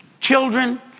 children